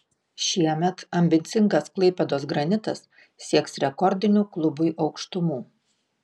šiemet ambicingas klaipėdos granitas sieks rekordinių klubui aukštumų